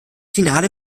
finale